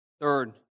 Third